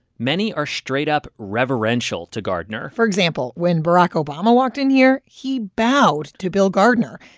many are straight-up reverential to gardner for example, when barack obama walked in here, he bowed to bill gardner.